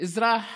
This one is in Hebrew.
אזרח